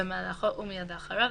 במהלכו ומיד לאחריו,